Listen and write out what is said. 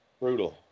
Brutal